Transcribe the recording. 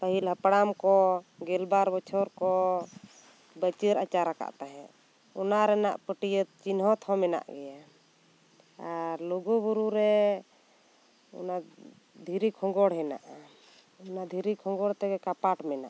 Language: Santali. ᱯᱟᱹᱦᱤᱞ ᱦᱟᱯᱲᱟᱢ ᱠᱚ ᱜᱮᱞᱵᱟᱨ ᱵᱚᱪᱷᱚᱨ ᱠᱚ ᱵᱤᱪᱟᱹᱨ ᱟᱪᱟᱨ ᱟᱠᱟᱫ ᱛᱟᱦᱮᱱ ᱚᱱᱟ ᱨᱮᱭᱟᱜ ᱯᱟᱹᱴᱭᱟᱛ ᱪᱤᱱᱦᱟᱹᱛ ᱦᱚᱸ ᱢᱮᱱᱟᱜ ᱜᱤᱭᱟ ᱟᱨ ᱞᱩᱜᱩ ᱵᱩᱨᱩ ᱨᱮ ᱚᱱᱟ ᱫᱷᱤᱨᱤ ᱠᱷᱚᱸᱜᱚᱲ ᱦᱮᱱᱟᱜᱼᱟ ᱚᱱᱟ ᱫᱷᱤᱨᱤ ᱠᱷᱚᱸᱜᱚᱲ ᱛᱮᱜᱮ ᱠᱟᱯᱟᱴ ᱢᱮᱱᱟᱜᱼᱟ